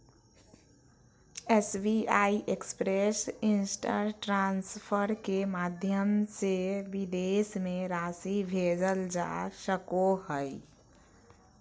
SBI express instant transfer के माध्यम से विदेश में राशि भेजल जा सको हइ